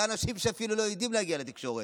אלה אנשים שאפילו לא יודעים להגיע לתקשורת.